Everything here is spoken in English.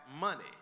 money